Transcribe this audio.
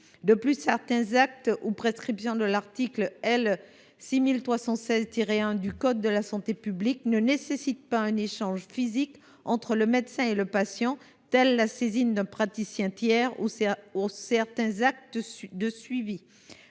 De plus, certains actes ou prescriptions de l’article L. 6316 1 du code de la santé publique ne nécessitent pas d’échange physique entre le médecin et son patient. C’est le cas de la saisine d’un praticien tiers ou de certains actes de suivi.